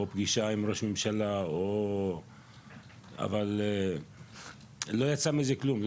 עוד פגישה עם ראש ממשלה אבל לא יצא מזה כלום,